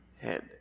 head